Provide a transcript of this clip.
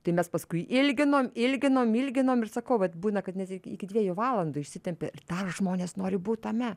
tai mes paskui ilginom ilginom ilginom ir sakau vat būna kad net iki dviejų valandų išsitempia ir dar žmonės nori būt tame